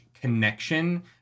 connection